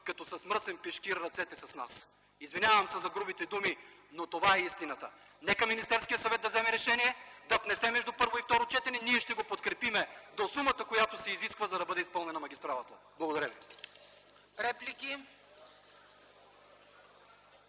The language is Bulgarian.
като с мръсен пешкир ръцете с нас! Извинявам се за грубите думи, но това е истината. Нека Министерският съвет да вземе решение, да внесе между първо и второ четене, ние ще го подкрепим до сумата, която се изисква, за да бъде изпълнена магистралата. Благодаря Ви.